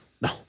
no